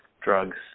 drugs